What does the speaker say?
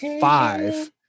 five